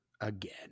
again